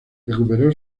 recuperó